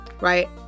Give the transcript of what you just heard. right